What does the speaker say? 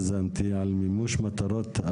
אנחנו מתחילים היום דיון - אני יזמתי על מימוש מטרות הקרן